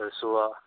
so